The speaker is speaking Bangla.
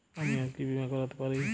আমি আর কি বীমা করাতে পারি?